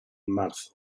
marzo